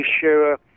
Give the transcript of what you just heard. sure